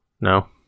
no